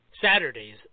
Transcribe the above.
Saturdays